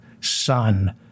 son